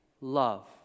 love